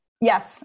Yes